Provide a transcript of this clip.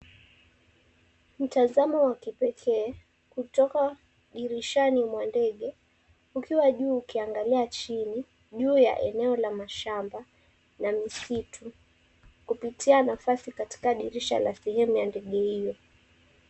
Mtazamo wa kipekee kutoka dirishani mwa ndege ukiwa juu ukiangalia chini. Juu ya eneo la mashamba na misitu kupitia nafasi katika dirisha la sehemu ya ndege hiyo.